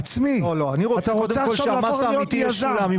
אני רוצה שהמס האמיתי ישולם.